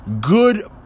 Good